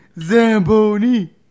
Zamboni